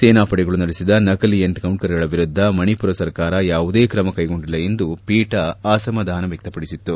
ಸೇನಾಪಡೆಗಳು ನಡೆಸಿದ ನಕಲಿ ಎನ್ಕೌಂಟರ್ಗಳ ವಿರುದ್ಧ ಮಣಿಪುರ ಸರ್ಕಾರ ಯಾವುದೇ ಕ್ರಮ ಕೈಗೊಂಡಿಲ್ಲ ಎಂದು ಪೀಠ ಅಸಮಾಧಾನ ವ್ಯಕ್ತಪಡಿಸಿತು